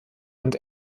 und